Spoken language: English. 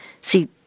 See